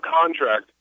contract